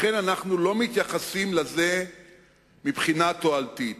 לכן אנחנו לא מתייחסים לזה מבחינה תועלתית.